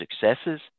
successes